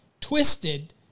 twisted